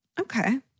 Okay